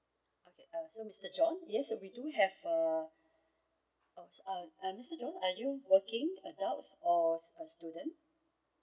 okay uh so mister john yes we do have err uh uh mister john are you working adults or a student